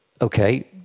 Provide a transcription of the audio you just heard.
okay